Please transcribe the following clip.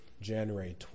January